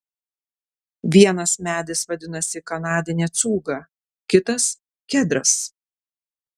vienas medis vadinasi kanadinė cūga kitas kedras